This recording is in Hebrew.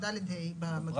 ד' ה' במדריך.